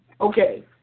Okay